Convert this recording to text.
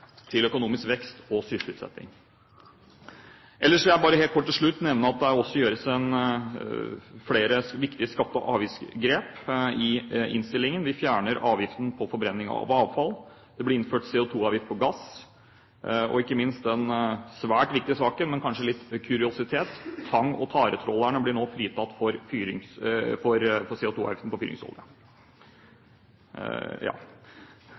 til økonomisk vekst og til sysselsetting. Ellers vil jeg bare kort helt til slutt nevne at det også gjøres flere viktige skatte- og avgiftsgrep i innstillingen. Vi fjerner avgiften på forbrenning av avfall. Det blir innført CO2-avgift på gass, og ikke minst den svært viktige saken – men kanskje en liten kuriositet – at tang- og taretrålerne nå blir fritatt for CO2-avgiften på mineralolje. Ja,